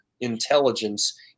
intelligence